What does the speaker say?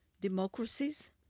democracies